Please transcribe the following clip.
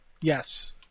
Yes